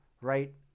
right